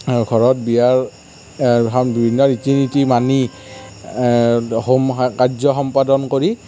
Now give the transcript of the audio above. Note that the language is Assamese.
ঘৰত বিয়াৰ বিভিন্ন ৰীতি নীতি মানি হোম কাৰ্য সম্পাদন কৰি